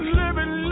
living